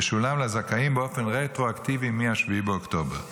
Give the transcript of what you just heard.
ישולם לזכאים רטרואקטיבית מ-7 באוקטובר.